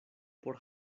por